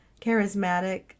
charismatic